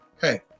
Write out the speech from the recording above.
hey